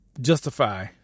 justify